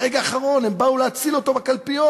ברגע האחרון הם באו להציל אותו בקלפיות.